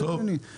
לא הגיוני.